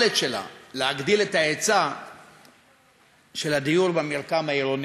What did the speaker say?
ביכולת שלה להגדיל את היצע הדיור במרקם העירוני.